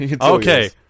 Okay